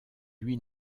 lui